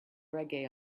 reggae